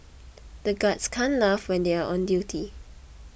the guards can't laugh when they are on duty